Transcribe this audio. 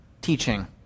teaching